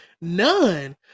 none